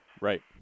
Right